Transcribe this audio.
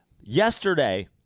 Yesterday